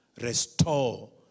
restore